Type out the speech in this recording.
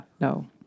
no